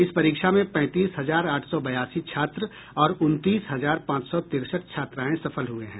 इस परीक्षा में पैंतीस हजार आठ सौ बयासी छात्र और उनतीस हजार पांच सौ तिरसठ छात्राएं सफल हुये हैं